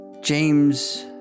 James